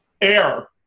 air